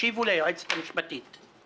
תקשיבו ליועצת המשפטית.